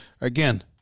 again